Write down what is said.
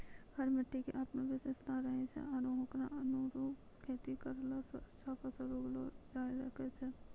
हर मिट्टी के आपनो विशेषता रहै छै आरो होकरो अनुरूप खेती करला स अच्छा फसल उगैलो जायलॅ सकै छो